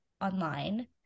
online